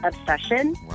Obsession